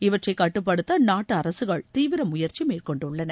இவற்றைகட்டுப்படுத்தஅந்நாட்டுஅரசுகள் தீவிரமுயற்சிமேற்கொண்டுள்ளன